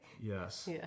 Yes